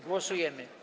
Głosujemy.